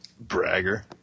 Bragger